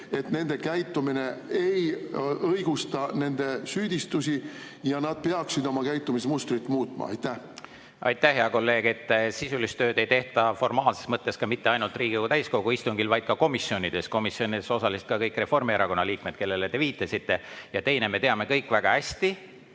et nende käitumine ei õigusta nende süüdistusi ja nad peaksid oma käitumismustrit muutma. Aitäh, hea kolleeg! Sisulist tööd ei tehta formaalses mõttes mitte ainult Riigikogu täiskogu istungil, vaid ka komisjonides. Komisjonides osalesid ka kõik Reformierakonna liikmed, kellele te viitasite. Ja teiseks, me teame kõik väga hästi,